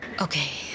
Okay